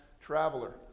traveler